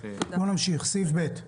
נמשיך, בבקשה.